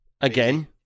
again